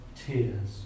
tears